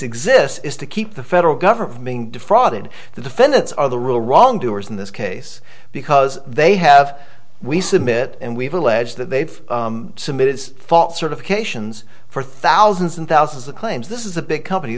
exists is to keep the federal government being defrauded the defendants are the real wrong doers in this case because they have we submit and we've alleged that they've submitted fault certifications for thousands and thousands of claims this is a big company